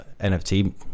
NFT